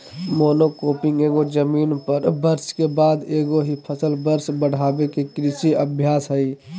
monocropping एगो जमीन पर वर्ष के बाद एगो ही फसल वर्ष बढ़ाबे के कृषि अभ्यास हइ